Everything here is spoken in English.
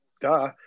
duh